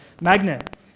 magnet